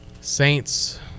Saints